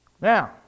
Now